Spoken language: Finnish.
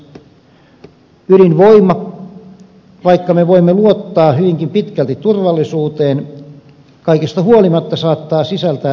ydinvoima vaikka me voimme luottaa hyvinkin pitkälti turvallisuuteen kaikesta huolimatta saattaa sisältää yllättävät riskit